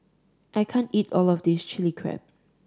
I can't eat all of this Chilli Crab